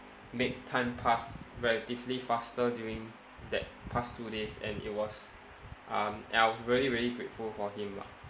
make time pass relatively faster during that past two days and it was um and I was really really grateful for him lah